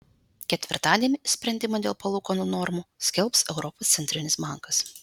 ketvirtadienį sprendimą dėl palūkanų normų skelbs europos centrinis bankas